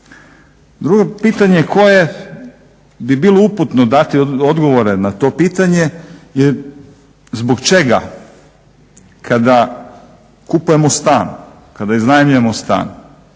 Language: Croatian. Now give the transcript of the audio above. Drugo je pitanje koje bi bilo uputno dati odgovore na to pitanje, jer zbog čega kada kupujemo stan, kada iznajmljujemo stan,